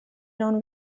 non